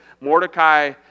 Mordecai